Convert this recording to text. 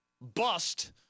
bust